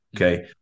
Okay